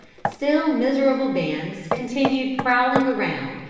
still miserable bands continued prowling around,